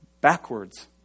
backwards